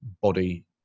body